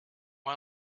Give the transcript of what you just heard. man